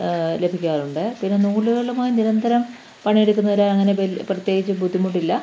ലഭിക്കാറുണ്ട് പിന്നെ നൂലുകളുമായി നിരന്തരം പണിയെടുക്കുന്നവർ അങ്ങനെ പ്രത്യേകിച്ച് ബുദ്ധിമുട്ടില്ല